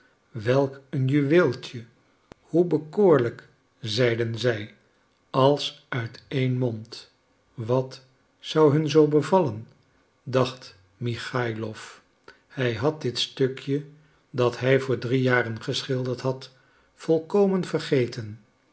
welk een juweeltje hoe bekoorlijk zeiden zij als uit één mond wat zou hun zoo bevallen dacht michaïlof hij had dit stukje dat hij voor drie jaren geschilderd had volkomen vergeten